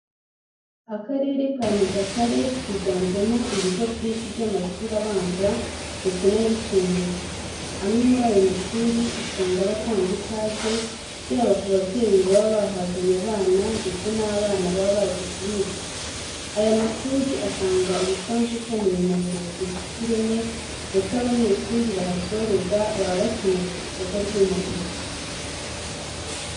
Akarere ka Nyagatare kiganjemo ibigo byinshi by'amashuri abanza ndetse n'ayisumbuye. Amwe muri ayo mashuri usanga aba atanga ikaze, yaba ku babyeyi baba bahazanye abana ndetse n'abana baba baje kuhiga. Aya mashuri atanga umusanzu ukomeye mu burezi bufite ireme ndetse abanyeshuri bahasoreza baba bakenewe ku isoko ry'umurimo.